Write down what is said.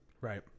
Right